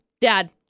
Dad